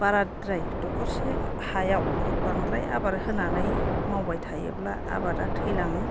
बाराद्राय दखरसे हायाव बांद्राय आबाद होनानै मावबाय थायोब्ला आबादआ थैलाङो